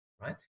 Right